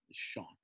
Sean